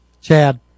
Chad